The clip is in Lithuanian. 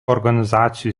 organizacijų